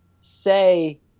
say